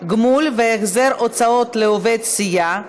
גמול והחזר הוצאות לעובד סיעה,